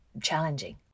challenging